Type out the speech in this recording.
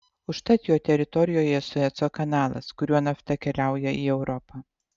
užtat jo teritorijoje sueco kanalas kuriuo nafta keliauja į europą